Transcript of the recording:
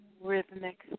rhythmic